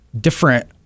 different